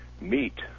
meet